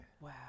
wow